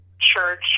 church